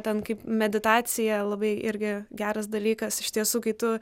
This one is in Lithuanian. ten kaip meditacija labai irgi geras dalykas iš tiesų kai tu